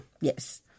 Yes